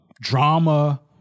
drama